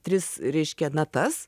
tris reiškia natas